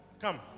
Come